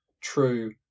true